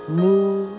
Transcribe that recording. new